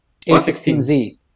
A16Z